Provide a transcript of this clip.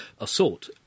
assault